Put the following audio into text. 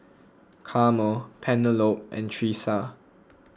Carmel Penelope and Tresa